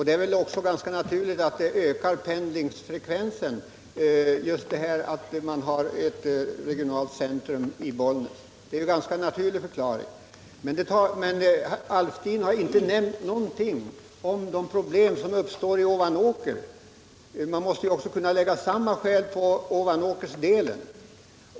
Det är väl också ganska naturligt att pendlingsfrekvensen ökas av att man har ett regionalt centrum i Bollnäs. Men herr Alftin har inte nämnt någonting om de problem som uppstår - i Ovanåker. Man måste ju kunna anföra samma skäl beträffande Ovanåker.